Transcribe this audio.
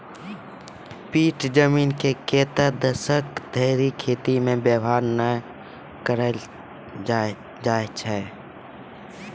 भीठ जमीन के कतै दसक धरि खेती मे वेवहार नै करलो जाय छै